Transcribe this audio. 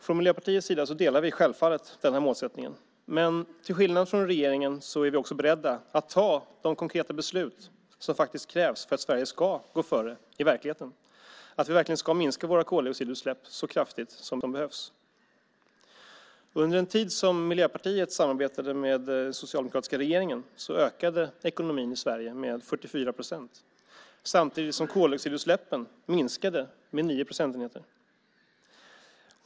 Från Miljöpartiets sida delar vi självfallet den målsättningen, men till skillnad från regeringen är vi också beredda att fatta de konkreta beslut som krävs för att Sverige verkligen ska gå före, att vi verkligen ska minska våra koldioxidutsläpp så kraftigt som behövs. Under den tid Miljöpartiet samarbetade med den socialdemokratiska regeringen ökade ekonomin i Sverige med 44 procent. Samtidigt minskade koldioxidutsläppen med 9 procentenheter.